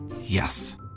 Yes